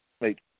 Wait